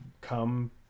come